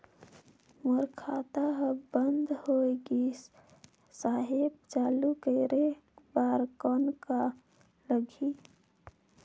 मोर खाता हर बंद होय गिस साहेब चालू करे बार कौन का लगही?